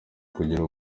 kugira